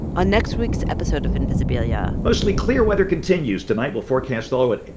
on next week's episode of invisibilia. mostly clear weather continues tonight. well, forecasts all but.